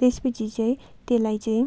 त्यस पछि चाहिँ त्यसलाई चाहिँ